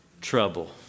Trouble